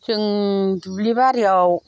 जों दुब्लि बारियाव